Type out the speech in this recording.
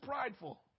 prideful